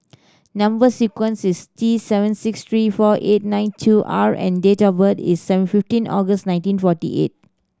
number sequence is T seven six three four eight nine two R and date of birth is seven fifteen August nineteen forty eight